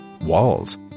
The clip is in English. walls